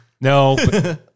No